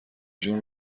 جون